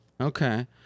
Okay